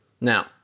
Now